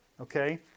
okay